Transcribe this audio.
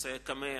קמ"ע,